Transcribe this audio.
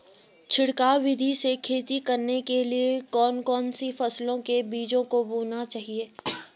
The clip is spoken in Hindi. छिड़काव विधि से खेती करने के लिए कौन कौन सी फसलों के बीजों को बोना चाहिए?